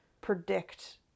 predict